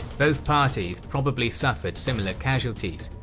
both parties probably suffered similar casualties,